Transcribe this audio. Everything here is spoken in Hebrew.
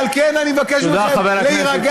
על כן, אני מבקש מכם להירגע.